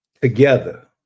together